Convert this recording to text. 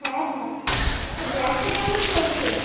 হ্যাঁ হ্যাঁ ব্যবসা কেমন চলছে